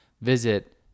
visit